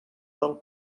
del